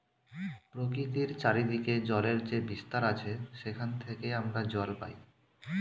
প্রকৃতির চারিদিকে জলের যে বিস্তার আছে সেখান থেকে আমরা জল পাই